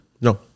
No